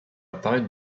apparaître